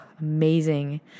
amazing